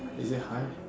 is it high